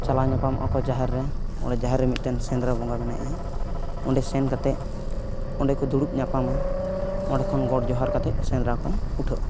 ᱪᱟᱞᱟᱣ ᱧᱟᱯᱟᱢᱚᱜᱼᱟ ᱠᱚ ᱡᱟᱦᱮᱨ ᱨᱮ ᱚᱱᱟ ᱡᱟᱦᱮᱨ ᱨᱮ ᱢᱤᱫᱴᱮᱱ ᱥᱮᱸᱫᱽᱨᱟ ᱵᱚᱸᱜᱟ ᱢᱮᱱᱟᱭᱟ ᱚᱸᱰᱮ ᱥᱮᱱ ᱠᱟᱛᱮᱫ ᱚᱸᱰᱮᱠᱚ ᱫᱩᱲᱩᱵ ᱧᱟᱯᱟᱢᱟ ᱚᱸᱰᱮ ᱠᱷᱚᱱ ᱜᱚᱰᱼᱡᱚᱦᱟᱨ ᱠᱟᱛᱮᱫ ᱥᱮᱸᱫᱽᱨᱟ ᱠᱚ ᱩᱴᱷᱟᱹᱜᱼᱟ